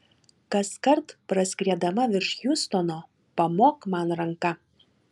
kaskart praskriedama virš hjustono pamok man ranka